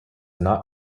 not